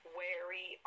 wary